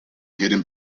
hidden